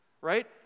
right